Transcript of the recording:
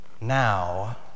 Now